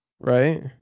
Right